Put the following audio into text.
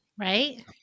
Right